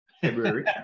February